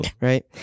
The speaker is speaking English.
right